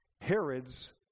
Herod's